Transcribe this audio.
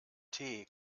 den